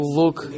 look